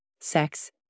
sex